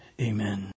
Amen